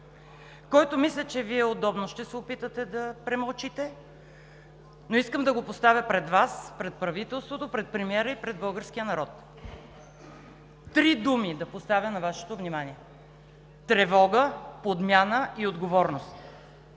който, мисля, че Вие удобно ще се опитате да премълчите, но искам да го поставя пред Вас, пред правителството, пред премиера и пред българския народ. Три думи да поставя на Вашето внимание – тревога, подмяна и отговорност.